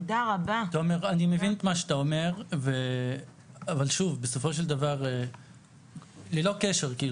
אני מבין את מה שאתה אומר אבל בסופו של דבר ללא קשר אנחנו